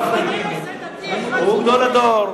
גפני, הוא גדול הדור.